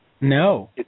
No